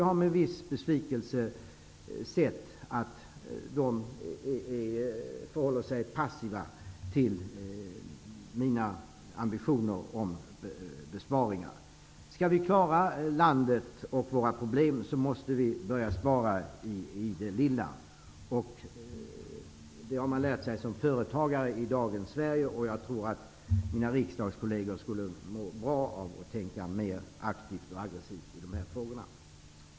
Jag har med viss besvikelse sett att de förhåller sig passiva till mina ambitioner om besparingar. Skall vi klara landet och våra problem måste vi börja spara i det lilla. Det har man lärt sig som företagare i dagens Sverige. Jag tror att mina riksdagskolleger skulle må bra av att tänka mer aktivt och aggressivt i de här frågorna.